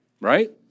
right